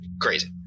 crazy